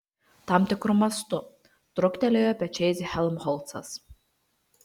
tam tikru mastu truktelėjo pečiais helmholcas